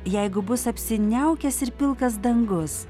jeigu bus apsiniaukęs ir pilkas dangus